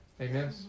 Amen